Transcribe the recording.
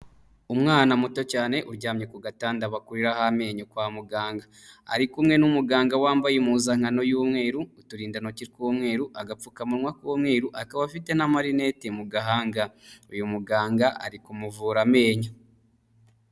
Umwana muto cyane uryamye ku gatanda bakuriraho amenyo kwa muganga, ari kumwe n'umuganga wambaye impuzankano y'umweru, uturindantoki tw'umweru, agapfukamunwa k'umweru, akaba afite n'amarineti mu gahanga, uyu muganga ari kumuvura amenyo.